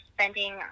spending